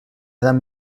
dan